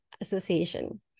Association